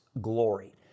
glory